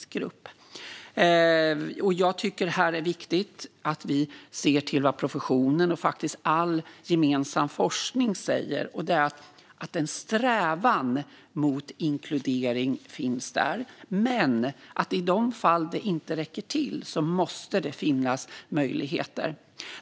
Här tycker jag att det är viktigt att se till vad professionen och faktiskt all gemensam forskning säger, nämligen att där finns en strävan mot inkludering men att det i de fall det inte räcker till måste finnas möjligheter.